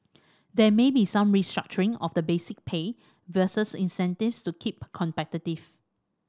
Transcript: there may be some restructuring of the basic pay versus incentives to keep competitive